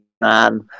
man